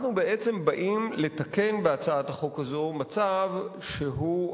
אנחנו בעצם באים לתקן בהצעת החוק הזאת מצב שהוא,